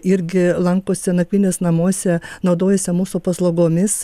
irgi lankosi nakvynės namuose naudojasi mūsų paslaugomis